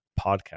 podcast